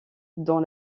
dans